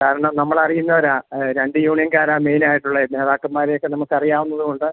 കാരണം നമ്മളറിയുന്നവരാ രണ്ട് യൂണിയൻകാരാ മെയിനായിട്ടുള്ളത് നേതാക്കന്മാരെ ഒക്കെ നമുക്കറിയാവുന്നത് കൊണ്ട്